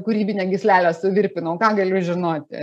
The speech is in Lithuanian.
kūrybinę gyslelę suvirpinau ką galiu žinoti